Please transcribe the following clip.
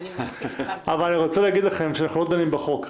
רק אני רוצה להגיד לכם שאנחנו לא דנים בחוק,